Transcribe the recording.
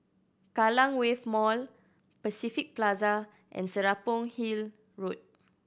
Kallang Wave Mall Pacific Plaza and Serapong Hill Road